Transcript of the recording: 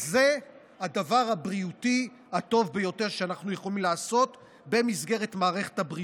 זה הדבר הבריאותי הטוב ביותר שאנחנו יכולים לעשות במסגרת מערכת הבריאות,